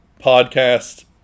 podcast